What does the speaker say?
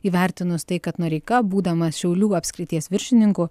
įvertinus tai kad noreika būdamas šiaulių apskrities viršininku